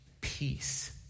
peace